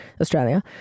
Australia